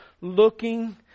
Looking